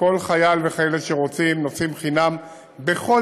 כל חייל וחיילת שרוצים נוסעים חינם בכל